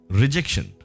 rejection